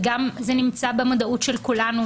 וגם זה נמצא במודעות של כולנו,